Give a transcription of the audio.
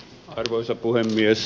arvoisa puhemies